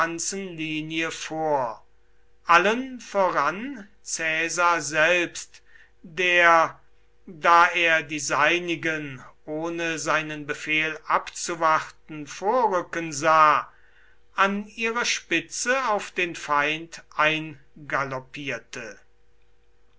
vor allen voran caesar selbst der da er die seinigen ohne seinen befehl abzuwarten vorrücken sah an ihrer spitze auf den feind eingaloppierte